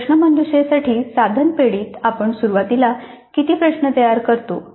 प्रश्नमंजुषेसाठी साधन पेढीेत आपण सुरुवातीला किती प्रश्न तयार करतो